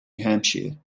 hampshire